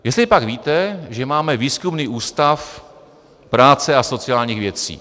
Jestlipak víte, že máme Výzkumný ústav práce a sociálních věcí?